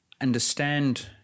understand